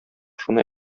шуны